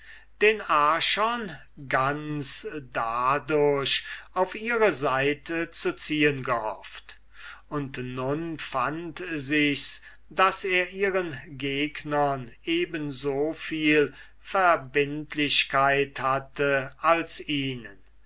den archon ganz dadurch auf ihre seite zu ziehen gehofft und nun befand sichs daß er ihren gegnern eben so viel verbindlichkeit hatte als ihnen